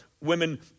women